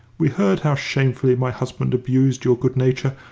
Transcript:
we heard how shamefully my husband abused your good-nature.